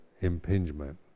impingement